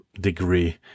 degree